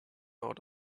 out